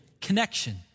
connection